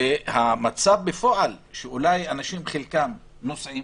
והמצב בפועל, שאולי חלק מהאנשים נוהגים